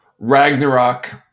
Ragnarok